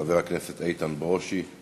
אחריו, חבר הכנסת איתן ברושי.